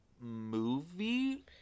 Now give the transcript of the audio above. movie